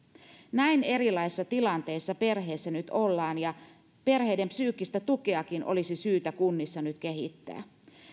näin erilaisissa tilanteissa perheissä nyt ollaan ja perheiden psyykkistä tukeakin olisi syytä kunnissa nyt kehittää